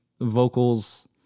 vocals